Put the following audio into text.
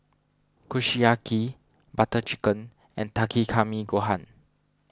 Kushiyaki Butter Chicken and Takikomi Gohan